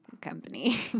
company